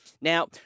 Now